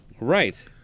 Right